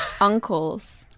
Uncles